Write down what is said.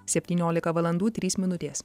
septyniolika valandų trys minutės